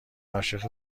عاشق